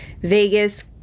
vegas